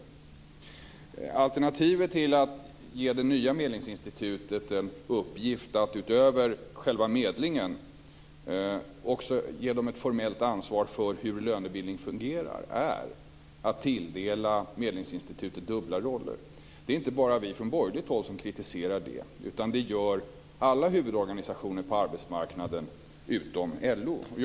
Det är inte bara vi från borgerligt håll som kritiserar att man ska ge det nya medlingsinstitutet i uppgift att utöver själva medlingen också ha ett formellt ansvar för hur lönebildningen fungerar. Det är att tilldela medlingsinstitutet dubbla roller. Alla huvudorganisationer på arbetsmarknaden utom LO kritiserar detta.